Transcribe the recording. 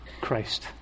Christ